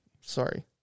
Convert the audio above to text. Sorry